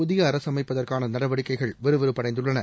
புதிய அரசு அமைப்பதற்கான நடவடிக்கைகள் விறுவிறப்படைந்துள்ளன